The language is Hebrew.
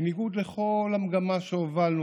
בניגוד לכל המגמה שהובלנו,